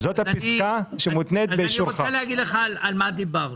אני רוצה להגיד לך על מה דיברנו.